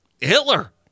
Hitler